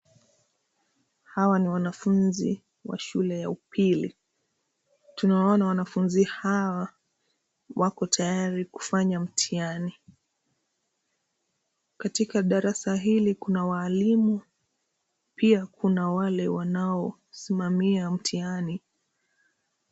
Hawa ni wanafunzi wa shule ya upili. Tunawaona wanafunzi hawa wako tayari kufanya mtihani. Katika darasa hili kuna waalimu pia kuna wale wanao simamia mtihani.